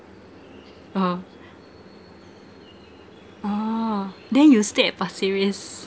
(uh huh) ah then you stay at pasir ris